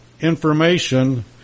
information